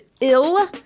ill